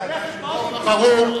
ברור,